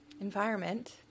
environment